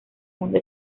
mundo